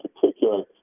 particular